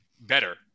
better